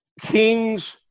King's